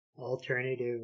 Alternative